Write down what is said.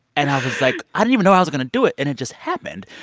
and i was like, i didn't even know i was going to do it. and it just happened.